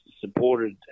supported